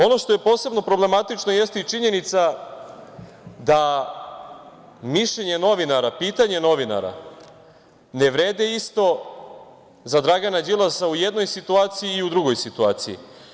Ono što je posebno problematično jeste i činjenica da mišljenje novinara, pitanje novinara ne vrede isto za Dragana Đilasa u jednoj situaciji i u drugoj situaciji.